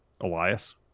Elias